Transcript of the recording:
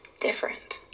different